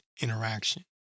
interaction